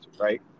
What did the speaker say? right